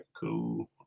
Cool